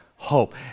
Hope